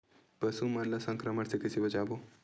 पशु मन ला संक्रमण से कइसे बचाबो?